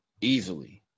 Easily